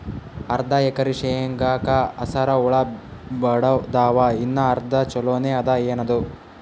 ಅರ್ಧ ಎಕರಿ ಶೇಂಗಾಕ ಹಸರ ಹುಳ ಬಡದಾವ, ಇನ್ನಾ ಅರ್ಧ ಛೊಲೋನೆ ಅದ, ಏನದು?